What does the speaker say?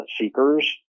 seekers